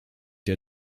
der